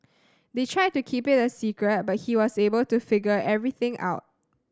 they tried to keep it a secret but he was able to figure everything out